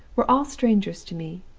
were all strangers to me.